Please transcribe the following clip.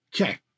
Okay